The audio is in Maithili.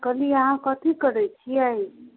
कहली अहाँ कथी करै छिए